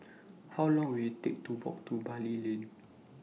How Long Will IT Take to Walk to Bilal Lane